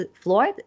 floyd